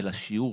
אלא שיעור,